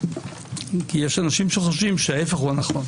כי יש אנשים שחושבים שההיפך הוא הנכון